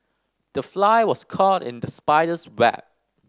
the fly was caught in the spider's web